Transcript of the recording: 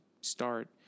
start